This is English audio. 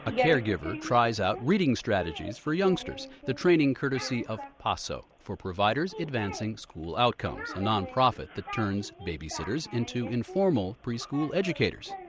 a caregiver tries out reading strategies for youngsters. the training courtesy of paso for providers advancing school outcomes a non-profit that turns babysitters into informal preschool educators.